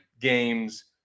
games